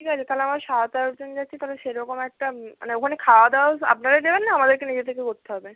ঠিক আছে তাহলে আমরা সাত আটজন যাচ্ছি তাহলে সেরকম একটা মানে ওখানে খাওয়া দাওয়াও আপনারাই দেবেন না আমাদেরকে নিজে থেকে করতে হবে